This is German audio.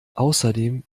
außerdem